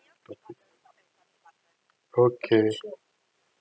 okay